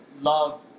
love